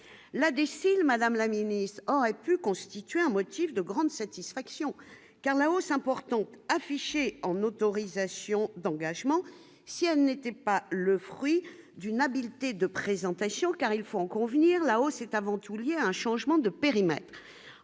la difficile Madame la ministre aurait pu constituer un motif de grande satisfaction car la hausse important affichée en autorisations d'engagement si elles n'étaient pas le fruit d'une habileté de présentation, car il faut en convenir, la hausse est avant tout liée à un changement de périmètre,